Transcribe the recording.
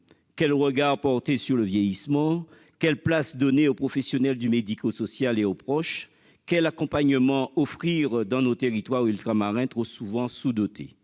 Quel regard porter sur le vieillissement ? Quelle place donner aux professionnels du médico-social et aux proches ? Quel accompagnement offrir dans nos territoires ultramarins trop souvent sous-dotés ?